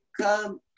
come